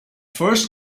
first